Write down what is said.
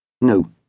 No